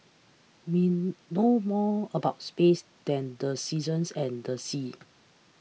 we know more about space than the seasons and the seas